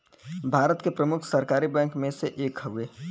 भारत के प्रमुख सरकारी बैंक मे से एक हउवे